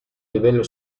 livello